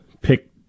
pick